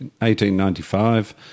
1895